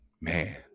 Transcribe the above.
man